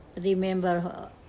remember